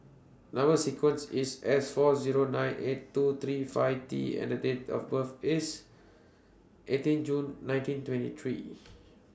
Number sequence IS S four Zero nine eight two three five T and The Date of birth IS eighteen June nineteen twenty three